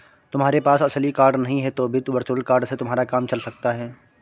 तुम्हारे पास असली कार्ड नहीं है तो भी वर्चुअल कार्ड से तुम्हारा काम चल सकता है